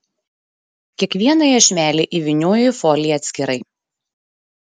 kiekvieną iešmelį įvynioju į foliją atskirai